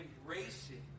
embracing